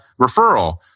referral